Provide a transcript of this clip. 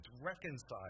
reconciled